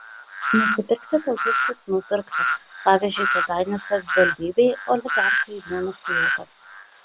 nusipirkti tokius kaip nupirkta pavyzdžiui kėdainių savivaldybėj oligarchui vienas juokas